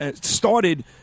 started